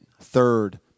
Third